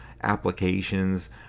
applications